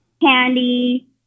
candy